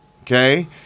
Okay